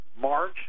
March